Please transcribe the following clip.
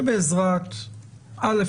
א',